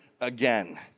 again